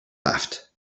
left